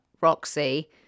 roxy